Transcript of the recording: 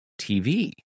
TV